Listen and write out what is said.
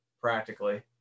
practically